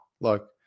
look